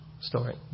story